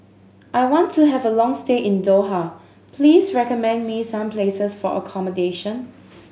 I want to have a long stay in Doha please recommend me some places for accommodation